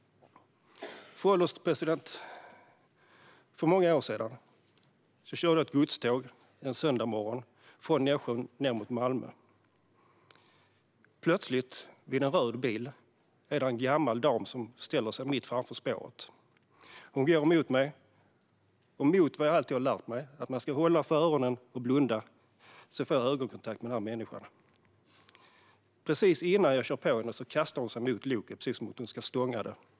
Fru ålderspresident! För många år sedan körde jag ett godståg en söndagsmorgon från Nässjö ned mot Malmö. Plötsligt vid en röd bil är det en gammal dam som ställer sig mitt framför spåret. Hon går mot mig. Mot allt vad jag har lärt mig, att man ska hålla för öronen och blunda, får jag ögonkontakt med människan. Precis innan jag kör på henne kastar hon sig mot loket, precis som om hon ska stånga det.